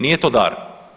Nije to dar.